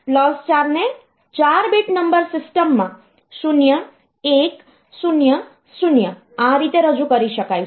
તેથી પ્લસ 4 ને 4 bit number system માં 0100 આ રીતે રજૂ કરી શકાય છે